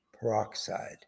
peroxide